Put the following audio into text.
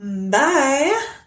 bye